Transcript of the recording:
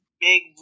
big